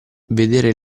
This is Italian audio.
vedere